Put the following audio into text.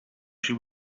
she